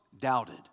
doubted